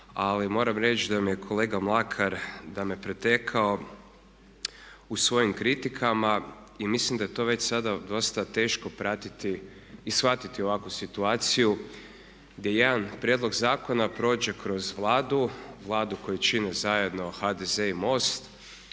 moram reći da mi je kolega Mlakar, da me je pretekao u svojim kritikama i mislim da je to već sada dosta teško pratiti i shvatiti ovakvu situaciju gdje jedan prijedlog zakona prođe kroz Vladu, Vladu koju čine zajedno HDZ i MOST